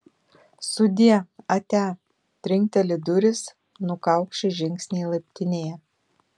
sudie atia trinkteli durys nukaukši žingsniai laiptinėje